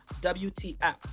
WTF